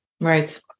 Right